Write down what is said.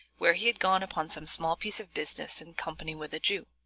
where he had gone upon some small piece of business in company with a jew.